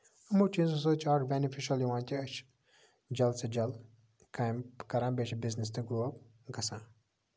یِمَو چیٖزو سۭتۍ چھُ اکھ بینِفَشَل یِوان کہِ أسۍ چھِ جلد سے جلد کامہِ کران بیٚیہِ چھِ بِزنِس تہِ گرو گژھان